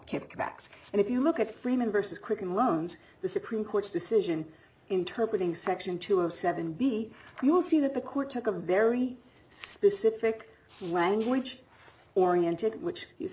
kept back and if you look at freeman versus quicken loans the supreme court's decision interpret in section two of seven b you'll see that the court took a very specific language oriented which